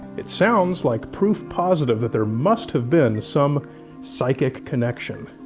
it sounds like proof positive that there must have been some psychic connection.